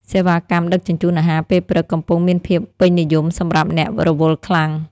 សេវាកម្មដឹកជញ្ជូនអាហារពេលព្រឹក កំពុងមានភាពពេញនិយមសម្រាប់អ្នករវល់ខ្លាំង។